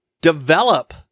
develop